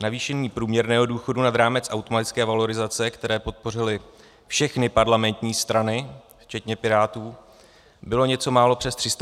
Navýšení průměrného důchodu nad rámec automatické valorizace, které podpořily všechny parlamentní strany včetně Pirátů, bylo něco málo přes 300 Kč.